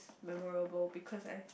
memorable because I